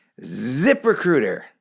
ZipRecruiter